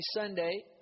Sunday